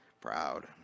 Proud